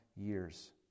years